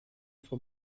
for